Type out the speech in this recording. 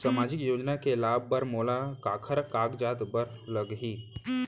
सामाजिक योजना के लाभ बर मोला काखर कागजात बर लागही?